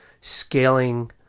scaling